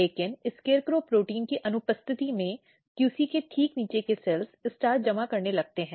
लेकिन SCARECROW protein की अनुपस्थिति में QC के ठीक नीचे के सेल्स स्टार्च जमा करने लगते हैं